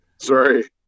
Sorry